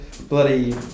Bloody